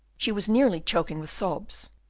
she was nearly choking with sobs,